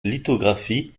lithographies